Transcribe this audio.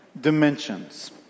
dimensions